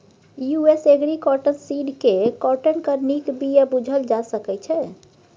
US agri cotton seed केँ काँटनक नीक बीया बुझल जा सकै छै